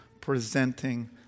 presenting